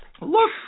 Look